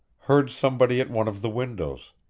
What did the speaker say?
heard somebody at one of the windows.